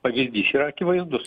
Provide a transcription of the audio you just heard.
pavyzdys yra akivaizdus